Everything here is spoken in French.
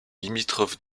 limitrophe